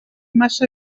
massa